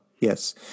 yes